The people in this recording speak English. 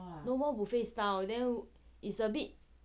no more buffet style then it's a bit